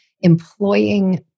employing